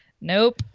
Nope